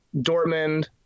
dortmund